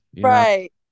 right